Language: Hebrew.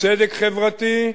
צדק חברתי,